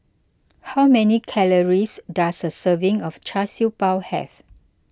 how many calories does a serving of Char Siew Bao have